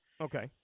okay